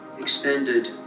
extended